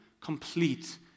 complete